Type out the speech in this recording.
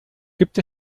gibt